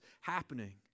happening